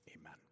Amen